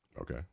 Okay